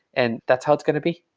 and that's how it's going to be.